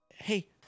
Hey